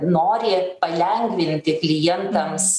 nori palengvinti klientams